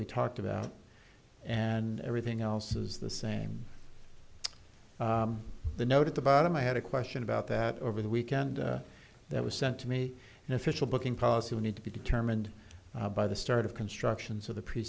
we talked about and everything else is the same the note at the bottom i had a question about that over the weekend that was sent to me an official booking policy need to be determined by the start of construction so the pre